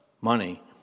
money